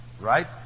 Right